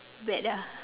bat ah